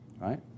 right